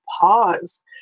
pause